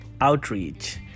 outreach